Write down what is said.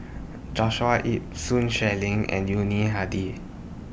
Joshua Ip Sun Xueling and Yuni Hadi